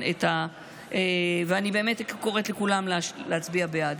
אני קוראת לכולם להצביע בעד.